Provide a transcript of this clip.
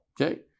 Okay